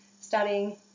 studying